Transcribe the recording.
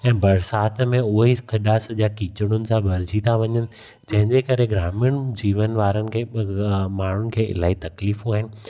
ऐं बरसाति में उहे ई खॾा सॼा कीचड़ियुनि सां भरिजी था वञनि जंहिंजे करे ग्रामीण जीवन वारनि खे बदिरां माण्हुनि खे इलाही तकलीफ़ूं आहिनि